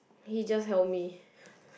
he just help me